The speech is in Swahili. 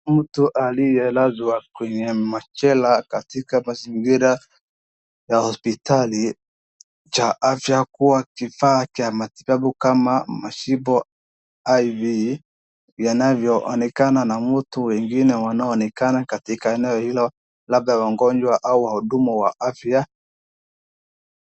Mtu aliyelazwa kwenye machela katika mazingira ya hospitali cha afya kwa kifaa cha matibabu kama mashipo iv yanavyo onekana na mtu mwengine wanaonekana katika eneo hilo labda wagonjwa au wahudumu wa afya.